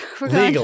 legal